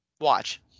Watch